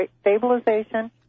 stabilization